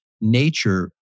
nature